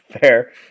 Fair